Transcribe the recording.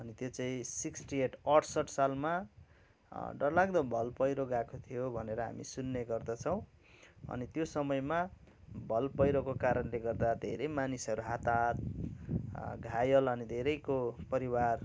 अनि त्यो चाहिँ सिक्सटी एट अठसठी सालमा डरलाग्दो भल पहिरो गएको थियो भनेर हामी सुन्ने गर्दछौँ अनि त्यो समयमा भल पहिरोको कारणले गर्दा धेरै मानिसहरू हताहत घायल अनि धेरैको परिवार